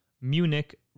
Munich